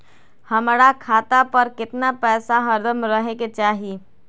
हमरा खाता पर केतना पैसा हरदम रहे के चाहि?